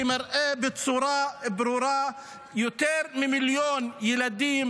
שמראה בצורה ברורה שיותר ממיליון ילדים